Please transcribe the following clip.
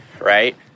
right